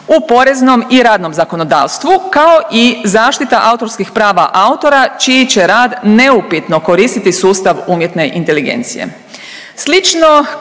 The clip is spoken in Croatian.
u poreznom i radnom zakonodavstvu kao i zaštita autorskih prava autora čiji će rad neupitno koristiti sustav umjetne inteligencije.